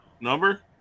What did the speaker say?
Number